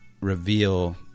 reveal